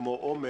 כמו עומר